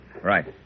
Right